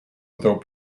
without